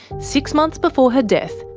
six months before her death,